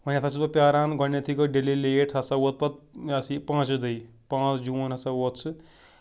وۄنۍ ہسا چھُس بہٕ پیٛاران گۄڈٕنیٚتھٕے گوٚو ڈِلے لیٹ سُہ ہسا ووت پَتہٕ یہِ ہسا یہِ پانٛژِ دۄیہِ پانٛژھ جوٗن ہسا ووت سُہ